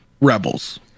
Rebels